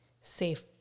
safe